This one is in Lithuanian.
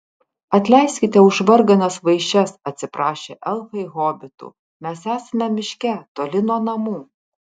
atleiskite už varganas vaišes atsiprašė elfai hobitų mes esame miške toli nuo namų